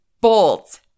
bolts